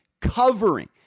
covering